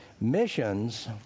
Missions